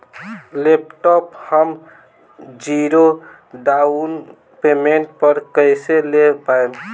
Laptop हम zero down payment पर कैसे ले पाएम?